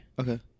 okay